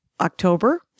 October